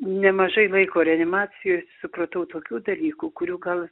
nemažai laiko reanimacijoj supratau tokių dalykų kurių gal